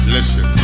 Listen